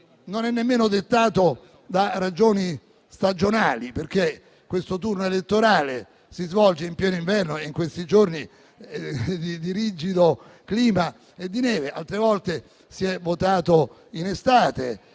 non è nemmeno dettato da ragioni stagionali, perché questo turno elettorale si svolge in pieno inverno, in questi giorni di clima rigido e di neve, e altre volte si è votato in estate.